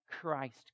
Christ